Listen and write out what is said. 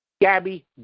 Gabby